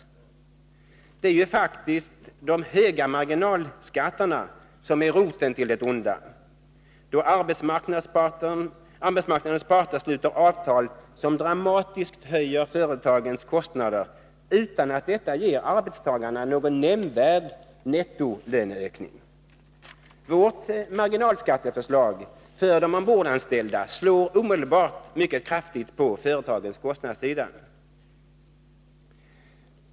Det är ju faktiskt de höga marginalskatterna som är roten till det onda, då arbetsmarknadens parter sluter avtal som dramatiskt höjer företagens kostnader, utan att detta ger arbetstagarna någon nämnvärd nettolöneökning. Vårt marginalskatteförslag för de ombordanställda slår omedelbart mycket kraftigt på företagens kostnadssida.